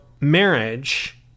marriage